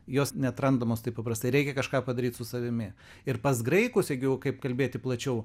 jos neatrandamos taip paprastai reikia kažką padaryt su savimi ir pas graikus jeigu jau kaip kalbėti plačiau